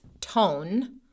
tone